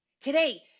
today